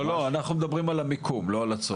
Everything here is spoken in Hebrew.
לא, אנחנו מדברים על המיקום לא על הצורך.